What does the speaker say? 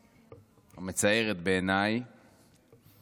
העובדה המצערת בעיניי